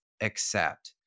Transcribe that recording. accept